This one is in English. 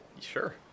Sure